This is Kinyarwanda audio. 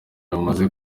bamaze